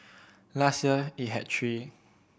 last year it had three